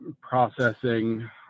processing